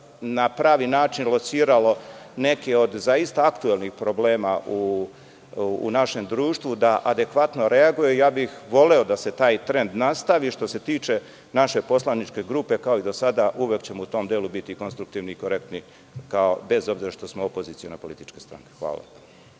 na pravi način lociralo neke od zaista aktuelnih problema u našem društvu, da adekvatno reaguje. Voleo bih da se taj trend nastavi. Što se tiče naše poslaničke grupe, kao i do sada, uvek ćemo u tom delu biti konstruktivni i korektni, bez obzira što smo opoziciona politička stranka. Hvala.